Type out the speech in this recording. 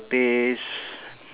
taste